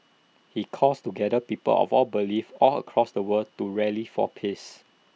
he calls together people of all beliefs all across the world to rally for peace